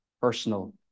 personal